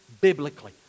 biblically